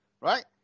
right